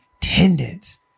tendons